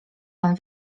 pan